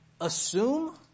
assume